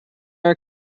are